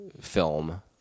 film